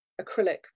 acrylic